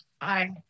Aye